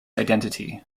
identity